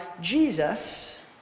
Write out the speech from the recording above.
Jesus